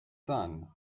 son